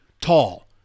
tall